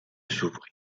s’ouvrit